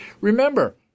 Remember